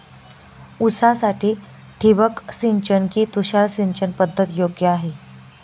ऊसासाठी ठिबक सिंचन कि तुषार सिंचन पद्धत योग्य आहे?